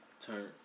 turn